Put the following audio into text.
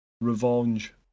Revenge